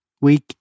week